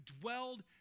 dwelled